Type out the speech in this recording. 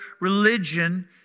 religion